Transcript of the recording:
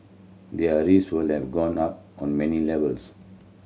their risks would have gone up on many levels